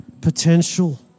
potential